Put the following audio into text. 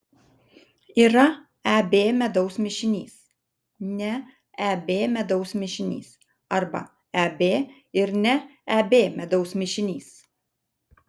yra eb medaus mišinys ne eb medaus mišinys arba eb ir ne eb medaus mišinys